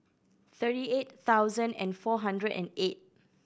thirty eight thousand and four hundred and eight